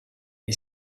les